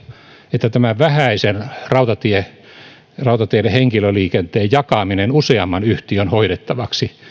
että tämän vähäisen rautateiden henkilöliikenteen jakaminen useamman yhtiön hoidettavaksi